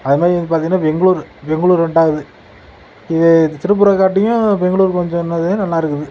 அதை மாதிரி வந்து பார்த்திங்கன்னா பெங்களூர் பெங்களூர் ரெண்டாவது இது திருப்பூரை காட்டியும் பெங்களூர் கொஞ்சம் என்னது நல்லாயிருக்குது